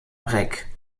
reck